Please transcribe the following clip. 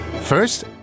First